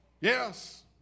Yes